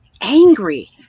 angry